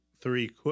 three